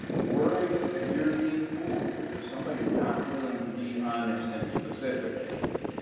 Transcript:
worry that you're being fooled because somebody is not willing to be honest and specific with you,